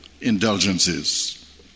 indulgences